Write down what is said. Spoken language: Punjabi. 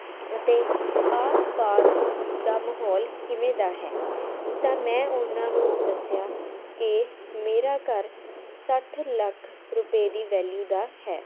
ਅਤੇ ਆਸ ਪਾਸ ਦਾ ਮਾਹੌਲ ਕਿਵੇਂ ਦਾ ਹੈ ਤਾਂ ਮੈਂ ਉਹਨਾਂ ਨੂੰ ਦੱਸਿਆ ਕਿ ਮੇਰਾ ਘਰ ਸੱਠ ਲੱਖ ਰੁਪਏ ਦੀ ਵੈਲਿਊ ਦਾ ਹੈ